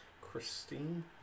Christine